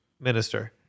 minister